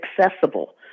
accessible